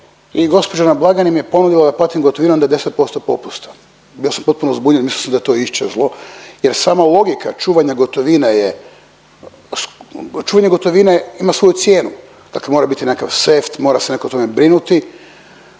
i gospođa na blagajni mi je ponudila da platim gotovinom da je 10% popusta. Bio sam potpuno zbunjen mislio sam da je to isčezlo jer sama logika čuvanja gotovine je, čuvanje gotovine ima svoju cijenu. Dakle, mora bit nekakav sef, mora se netko o tome brinuti.